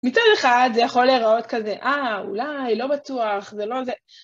מצד אחד זה יכול להיראות כזה, אה, אולי, לא בטוח, זה לא זה.